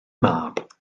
mab